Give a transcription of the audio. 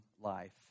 life